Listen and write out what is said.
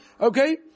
Okay